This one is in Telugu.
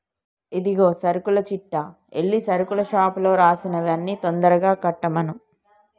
ఇదిగో సరుకుల చిట్టా ఎల్లి సరుకుల షాపులో రాసినవి అన్ని తొందరగా కట్టమను